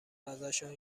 ازشان